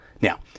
Now